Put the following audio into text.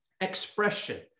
Expression